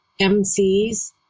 MCs